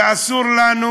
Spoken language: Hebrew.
ואסור לנו